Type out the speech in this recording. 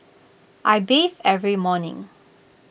I bathe every morning